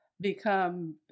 become